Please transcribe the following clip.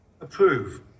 Approve